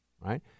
right